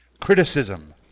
criticism